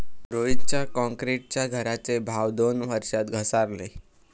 रोहितच्या क्रॉन्क्रीटच्या घराचे भाव दोन वर्षात घसारले